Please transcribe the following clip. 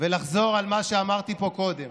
ולחזור על מה שאמרתי פה קודם: